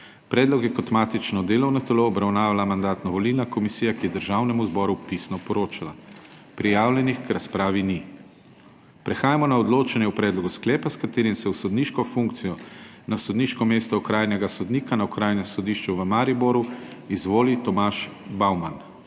Predlog je kot matično delovno telo obravnavala Mandatno-volilna komisija, ki je Državnemu zboru pisno poročala. Prijavljenih k razpravi ni. Prehajamo na odločanje o predlogu sklepa, s katerim se v sodniško funkcijo na sodniško mesto okrajnega sodnika na Okrajnem sodišču v Mariboru izvoli Tomaž Bauman.